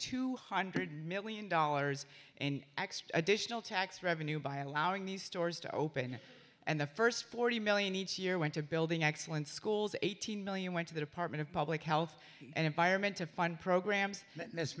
two hundred million dollars in additional tax revenue by allowing these stores to open and the first forty million each year went to building excellent schools eighteen million went to the department of public health and environment to fund programs